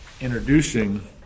introducing